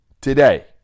Today